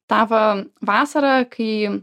tą va vasarą kai